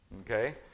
Okay